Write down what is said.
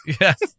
Yes